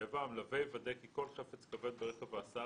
המלווה יוודא כי כל חפץ כבד ברכב ההסעה